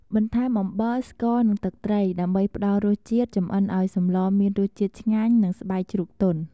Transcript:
បន្ថែមអំបិល ស្ករ និងទឹកត្រី ដើម្បីផ្តល់រសជាតិ ចម្អិនឱ្យសម្លមានរសជាតិឆ្ងាញ់ និងស្បែកជ្រូកទន់។